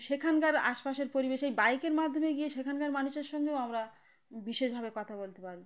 সেখানকার আশপাশের পরিবেশ এই বাইকের মাধ্যমে গিয়ে সেখানকার মানুষের সঙ্গেও আমরা বিশেষভাবে কথা বলতে পারি